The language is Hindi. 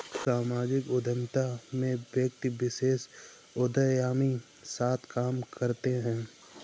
सामाजिक उद्यमिता में व्यक्ति विशेष उदयमी साथ काम करते हैं